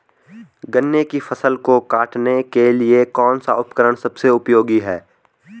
गन्ने की फसल को काटने के लिए कौन सा उपकरण सबसे उपयोगी है?